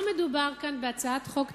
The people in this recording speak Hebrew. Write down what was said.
לא מדובר פה בהצעת חוק תקציבית,